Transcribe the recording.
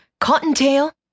Cottontail